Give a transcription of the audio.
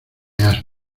has